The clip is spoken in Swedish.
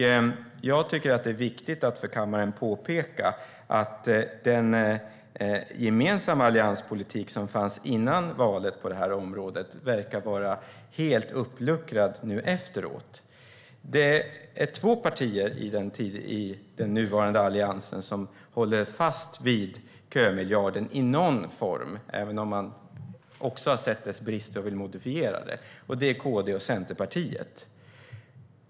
Jag tycker att det är viktigt att för kammaren påpeka att den gemensamma allianspolitik som fanns på det här området före valet verkar vara helt uppluckrad nu efteråt. Det är två partier i den nuvarande Alliansen som håller fast vid kömiljarden i någon form även om man också har sett dess brister och vill modifiera den. Det är KD och Centerpartiet.